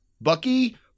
Bucky